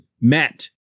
Met